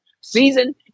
Season